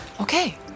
Okay